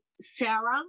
Sarah